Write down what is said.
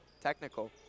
technical